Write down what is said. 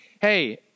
Hey